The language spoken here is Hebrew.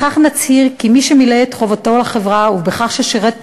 בכך נצהיר כי מי שמילא את חובתו לחברה בכך ששירת